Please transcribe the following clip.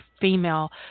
female